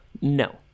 No